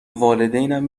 والدینم